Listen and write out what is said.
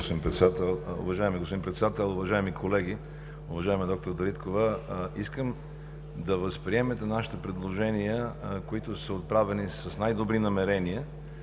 Уважаеми господин Председател, уважаеми колеги! Уважаема д-р Дариткова, искам да възприемете нашите предложения, които са отправени с най-добри намерения,